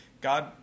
God